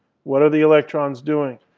what are the electrons doing?